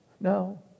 No